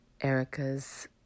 Erica's